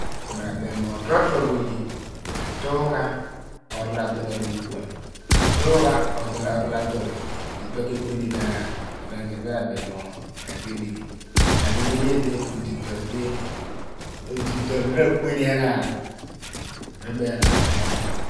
Ku mi rabem ghem mo toto rozo oye atugha oro adol aruukuan atungha dol orol adol ipe ke kweni bo enaan iphen ka idi me rabem mo ra gbi odighi. Mi amin oye di osi dol di odi dol di rakwen enaan ri jibeeraan ghan ni imi.